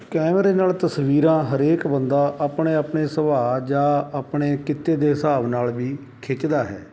ਕੈਮਰੇ ਨਾਲ ਤਸਵੀਰਾਂ ਹਰੇਕ ਬੰਦਾ ਆਪਣੇ ਆਪਣੇ ਸੁਭਾਅ ਜਾਂ ਆਪਣੇ ਕਿੱਤੇ ਦੇ ਹਿਸਾਬ ਨਾਲ ਵੀ ਖਿੱਚਦਾ ਹੈ